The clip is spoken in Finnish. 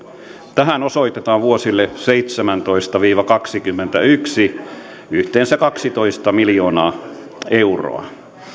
tähän osoitetaan vuosille seitsemäntoista viiva kaksikymmentäyksi yhteensä kaksitoista miljoonaa euroa